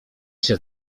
się